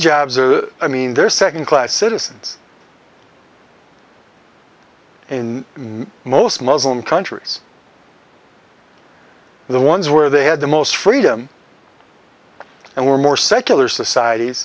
jobs i mean they're second class citizens in most muslim countries the ones where they had the most freedom and were more secular societ